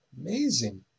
amazing